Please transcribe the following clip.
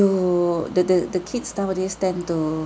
the the the kids nowadays tend to